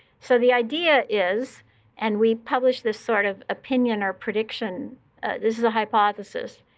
so the idea is and we published this sort of opinion or prediction this is a hypothesis.